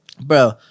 Bro